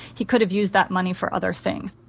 he could have used that money for other things.